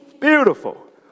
Beautiful